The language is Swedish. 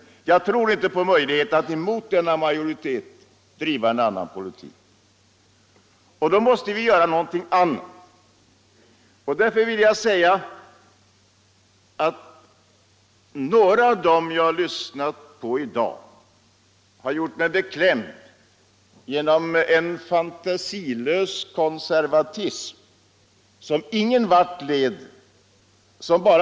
Då måste vi göra något annat. I det sammanhanget vill jag säga att några av dem som jag lyssnat på i dag har gjort mig beklämd genom att visa en fantasilös konservatism som inte leder någon vart.